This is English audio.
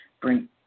bring –